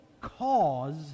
cause